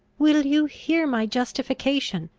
will you hear my justification?